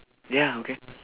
ya okay